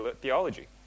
Theology